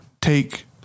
take